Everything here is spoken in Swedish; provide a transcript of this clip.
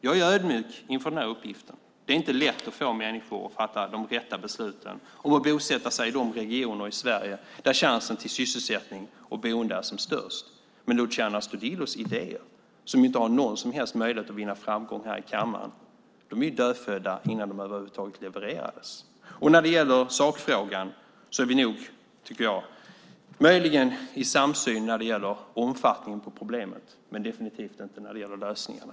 Jag är ödmjuk inför den här uppgiften. Det är inte lätt att få människor att fatta de rätta besluten om att bosätta sig i de regioner i Sverige där chansen till sysselsättning och boende är som störst. Men Luciano Astudillos idéer, som inte har någon som helst möjlighet att vinna framgång här i kammaren, var ju dödfödda innan de över huvud taget levererades. I sakfrågan har vi, tycker jag, möjligen en samsyn när det gäller omfattningen av problemet, men definitivt inte när det gäller lösningarna.